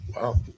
Wow